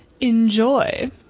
enjoy